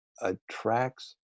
attracts